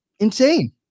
Insane